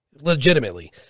Legitimately